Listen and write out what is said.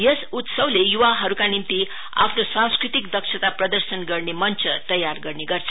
यस उत्सावले युवाहरुका निम्ति आफ्नो सांस्कृतिक दक्षता प्रदर्शन गर्ने मञ्च तयार गर्ने गर्छ